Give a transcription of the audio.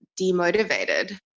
demotivated